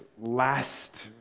last